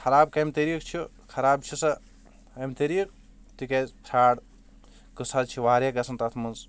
خَراب کَمہِ طریٖق چُھ خَراب چھِ سۄ امہِ طریٖق تِکیاز فرٛاڈ قصہ حض چھِ واریاہ گژَھان تَتھ منٛز